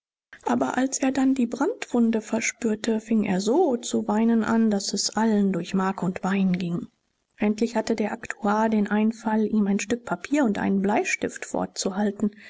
aber als er dann die brandwunde verspürte fing er so zu weinen an daß es allen durch mark und bein ging endlich hatte der aktuar den einfall ihm ein stück papier und einen bleistift vorzuhalten